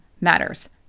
matters